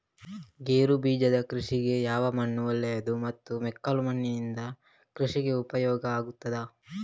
ಗೇರುಬೀಜದ ಕೃಷಿಗೆ ಯಾವ ಮಣ್ಣು ಒಳ್ಳೆಯದು ಮತ್ತು ಮೆಕ್ಕಲು ಮಣ್ಣಿನಿಂದ ಕೃಷಿಗೆ ಉಪಯೋಗ ಆಗುತ್ತದಾ?